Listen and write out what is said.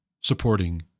supporting